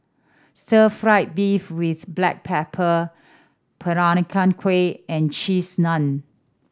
stir fried beef with black pepper Peranakan Kueh and Cheese Naan